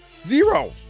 zero